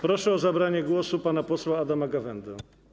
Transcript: Proszę o zabranie głosu pana posła Adama Gawędę.